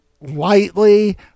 lightly